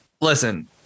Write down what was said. Listen